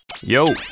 Yo